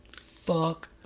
Fuck